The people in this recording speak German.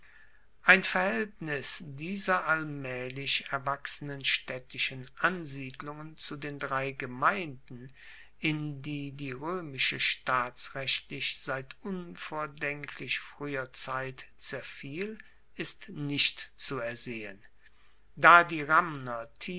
ein verhaeltnis dieser allmaehlich erwachsenen staedtischen ansiedlungen zu den drei gemeinden in die die roemische staatsrechtlich seit unvordenklich frueher zeit zerfiel ist nicht zu ersehen da die